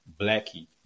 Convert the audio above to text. Blackie